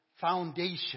foundation